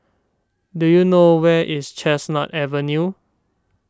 do you know where is Chestnut Avenue